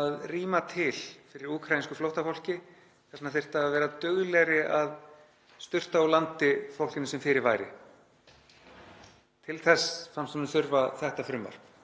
að rýma til fyrir úkraínsku flóttafólki. Þess vegna þyrftum við að vera duglegri að sturta úr landi fólkinu sem fyrir væri. Til þess fannst honum þurfa þetta frumvarp.